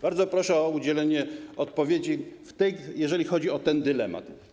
Bardzo proszę o udzielenie odpowiedzi, jeżeli chodzi o ten dylemat.